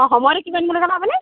অ' সময়টো কিমান বুলি ক'লে আপুনি